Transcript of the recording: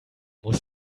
muss